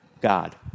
God